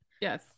Yes